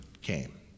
came